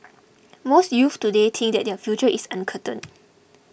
most youths today think that their future is uncertain